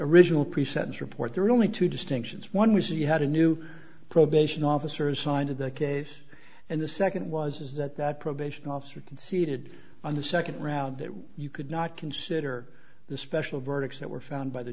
original pre sentence report there were only two distinctions one was that you had a new probation officer assigned to the case and the second was is that that probation officer conceded on the second round that you could not consider the special verdicts that were found by the